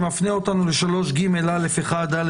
שמפנה אותנו לסעיף 3ג(א)(1)(א)(4),